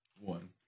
One